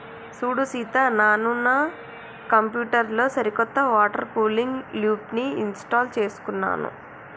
సూడు సీత నాను నా కంప్యూటర్ లో సరికొత్త వాటర్ కూలింగ్ లూప్ని ఇంస్టాల్ చేసుకున్నాను